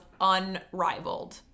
unrivaled